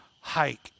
hike